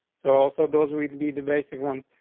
so also, those would be the basic ones.